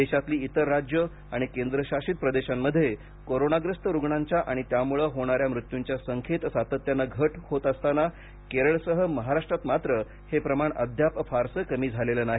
देशातली इतर राज्यं आणि केंद्रशासित प्रदेशांमध्ये कोरोनाग्रस्त रुग्णांच्या आणि त्यामुळे होणाऱ्या मृत्यूंच्या संख्येत सातत्यानं घट होत असताना केरळसह महाराष्ट्रात मात्र हे प्रमाण अद्याप फारसं कमी झालेलं नाही